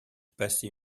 passait